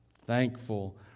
thankful